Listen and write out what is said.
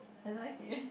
I don't like it